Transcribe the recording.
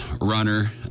runner